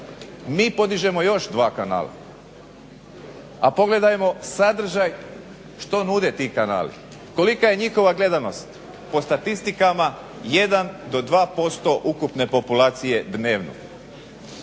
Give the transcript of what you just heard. mi podižemo još dva kanala, a pogledajmo sadržaj što nude ti kanali, kolika je njihova gledanost po statistikama, jedan do dva posto ukupne populacije dnevno.